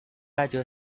rayo